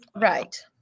Right